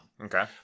Okay